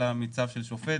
אלא עם צו של שופט.